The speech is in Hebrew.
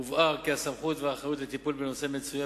הובהר כי הסמכות והאחריות לטיפול בנושא מצויות